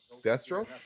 Deathstroke